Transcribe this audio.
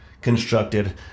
constructed